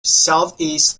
southeast